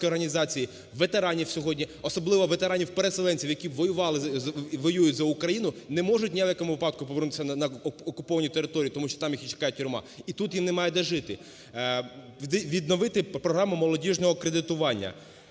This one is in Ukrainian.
Відновити програму молодіжного кредитування.